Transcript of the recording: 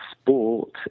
sport